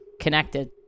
connected